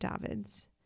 Davids